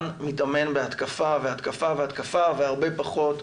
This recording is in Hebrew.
מתאמן בהתקפה והתקפה והתקפה והרבה פחות,